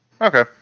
okay